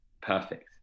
perfect